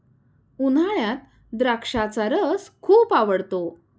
उन्हाळ्यात द्राक्षाचा रस खूप आवडतो